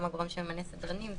גם הגורם שממנה סדרנים.